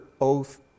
oath